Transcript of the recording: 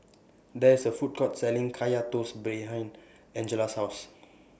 There IS A Food Court Selling Kaya Toast behind Angela's House